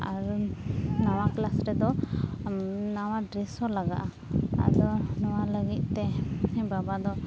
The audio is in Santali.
ᱟᱨ ᱱᱟᱣᱟ ᱠᱞᱟᱥ ᱨᱮᱫᱚ ᱱᱟᱣᱟ ᱰᱮᱨᱮᱥ ᱦᱚᱸ ᱞᱟᱜᱟᱜᱼᱟ ᱟᱫᱚ ᱱᱚᱣᱟ ᱞᱟᱹᱜᱤᱫ ᱛᱮ ᱵᱟᱵᱟ ᱫᱚ